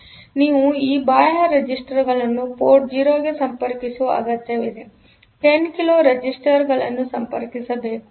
ಆದ್ದರಿಂದ ನೀವು ಈ ಬಾಹ್ಯ ರೆಸಿಸ್ಟರ್ ಗಳನ್ನು ಪೋರ್ಟ್ 0 ಗೆ ಸಂಪರ್ಕಿಸುವ ಅಗತ್ಯವಿದೆ 10 ಕಿಲೋ ರೆಸಿಸ್ಟರ್ ಗಳನ್ನು ಸಂಪರ್ಕಿಸಬೇಕು